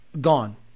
gone